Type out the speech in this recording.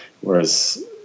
whereas